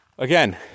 Again